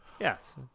Yes